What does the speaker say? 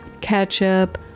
ketchup